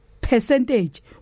percentage